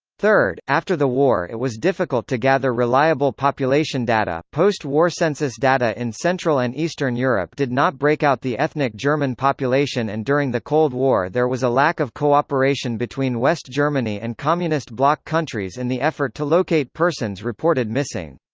third, after the war it was difficult to gather reliable population data post war census data in central and eastern europe did not breakout the ethnic german population and during the cold war there was a lack of cooperation between west germany and communist bloc countries in the effort to locate persons reported missing.